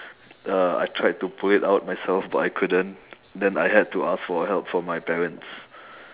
uh I tried to pull it out myself but I couldn't then I had to ask for help from my parents